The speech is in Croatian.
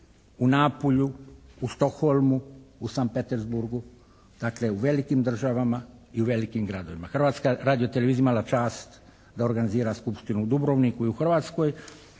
u Napulju, u Stockholmu, u Saint Petesburgu. Dakle u velikim državama i u velikim gradovima. Hrvatska radio-televizija je imala čast da organizira skupštinu u Dubrovniku i u Hrvatskoj